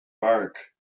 bark